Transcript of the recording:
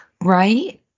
Right